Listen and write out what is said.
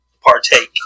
partake